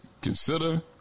consider